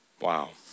Wow